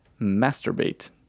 masturbate